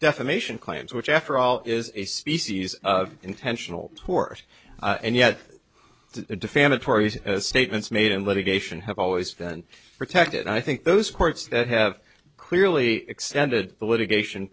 defamation claims which after all is a species of intentional tort and yet defamatory statements made in litigation have always been protected i think those courts that have clearly extended the litigation